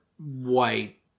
white